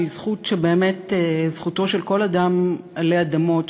שהיא באמת זכותו של כל אדם עלי אדמות,